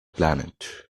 planet